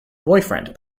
boyfriend